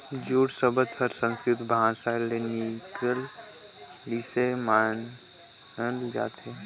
jute सबद हर संस्कृति भासा ले निकलिसे मानल जाथे